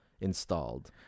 installed